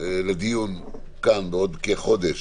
לדיון כאן בעוד כחודש